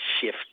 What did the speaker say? shift